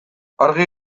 argi